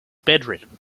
bedridden